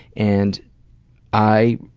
and i